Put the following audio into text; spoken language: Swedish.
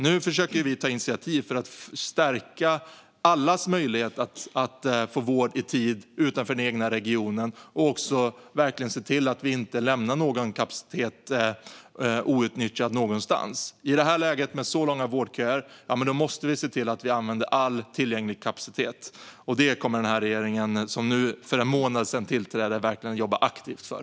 Nu försöker vi ta initiativ för att stärka allas möjlighet att få vård i tid utanför den egna regionen och verkligen se till att vi inte lämnar någon kapacitet outnyttjad någonstans. I det här läget, med så långa vårdköer, måste vi se till att vi använder all tillgänglig kapacitet. Och det kommer denna regering, som tillträdde för en månad sedan, verkligen att jobba aktivt för.